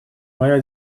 моя